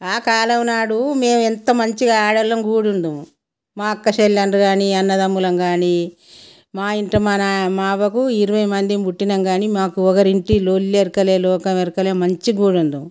ఆ కాలం నాడు మేమెంత మంచిగా ఆడోళ్ళం కూడుందుము మా అక్క చెల్లెండ్రు కానీ అన్నదమ్ములం కానీ మా ఇంట్లో మా నాన్న మా అవ్వకు ఇరవై మందిమి పుట్టినం కానీ మాకు ఒకరి ఇంటి లొల్లెరకలే లోకం ఎరకలే మంచిగూడుందుం